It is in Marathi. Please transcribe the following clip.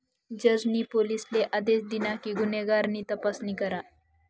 जज नी पोलिसले आदेश दिना कि गुन्हेगार नी तपासणी करा